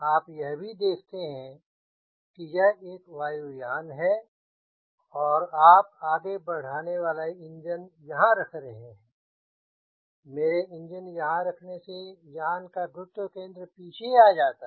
आप यह भी देखते हैं कि यह एक वायुयान है और आप आगे बढ़ाने वाला इंजन यहाँ रख रहे हैं मेरे इंजन रखने से ही यान का सेंटर ऑफ़ ग्रेविटी पीछे आ जाता है